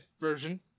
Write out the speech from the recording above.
version